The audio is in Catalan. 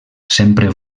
sempre